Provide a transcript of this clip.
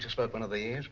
smoke one of these?